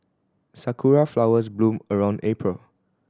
sakura flowers bloom around April